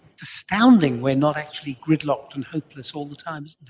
it's astounding we are not actually gridlocked and hopeless all the time, isn't it.